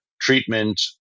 treatment